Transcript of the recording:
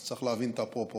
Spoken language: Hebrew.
אז צריך להבין את הפרופורציה.